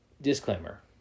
Disclaimer